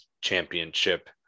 Championship